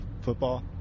football